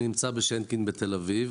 אני נמצא בשיינקין בתל-אביב.